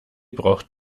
braucht